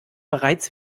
bereits